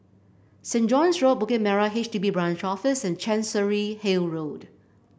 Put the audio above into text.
Saint John's Road Bukit Merah H D B Branch Office and Chancery Hill Road